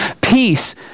Peace